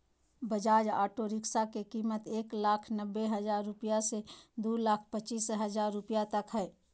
Bajaj auto rickshaw के कीमत एक लाख नब्बे हजार रुपया से दू लाख पचीस हजार रुपया तक हइ